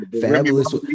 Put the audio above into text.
Fabulous